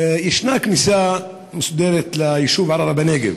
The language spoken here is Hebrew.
יש כניסה מוסדרת ליישוב ערערה בנגב,